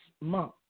month